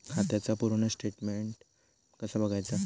खात्याचा पूर्ण स्टेटमेट कसा बगायचा?